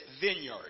vineyard